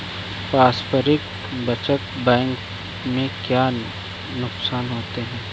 पारस्परिक बचत बैंक के क्या नुकसान होते हैं?